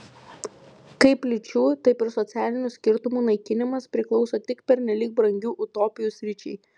kaip lyčių taip ir socialinių skirtumų naikinimas priklauso tik pernelyg brangių utopijų sričiai